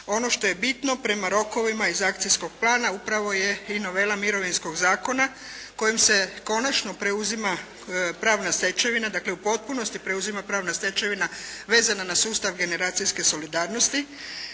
ono što je bitno, prema rokovima iz akcijskog plana upravo je i novela Mirovinskog zakona kojim se konačno preuzima pravna stečevina, dakle, u potpunosti preuzima pravna stečevina vezana na sustav generacijske solidarnosti.